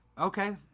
okay